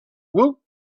woot